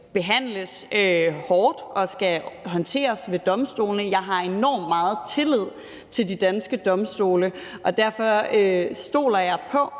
behandles hårdt og håndteres ved domstolene. Jeg har enormt meget tillid til de danske domstole, og derfor stoler jeg på,